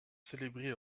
célébrés